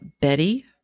Betty